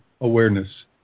awareness